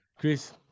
chris